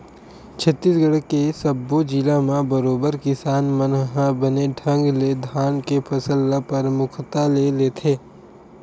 छत्तीसगढ़ के सब्बो जिला म बरोबर किसान मन ह बने ढंग ले धान के फसल ल परमुखता ले लेथे